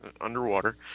underwater